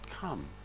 come